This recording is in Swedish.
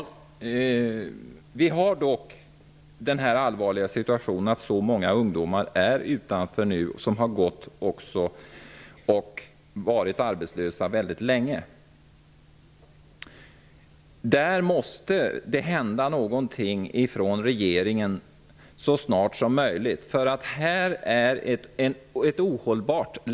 Herr talman! Vi har dock den allvarliga situationen att så många ungdomar har varit arbetslösa väldigt länge. Det måste hända någonting från regeringens sida så snart som möjligt. Läget är ohållbart.